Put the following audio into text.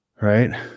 Right